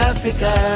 Africa